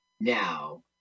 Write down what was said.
now